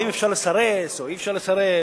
האם אפשר לסרס או אי-אפשר לסרס,